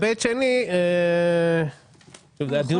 היו לנו